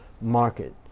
market